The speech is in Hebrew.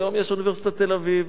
היום יש אוניברסיטת תל-אביב.